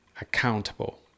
accountable